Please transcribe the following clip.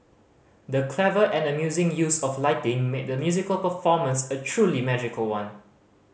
the clever and amazing use of lighting made the musical performance a truly magical one